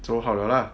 so 好了 lah